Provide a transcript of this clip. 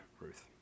Ruth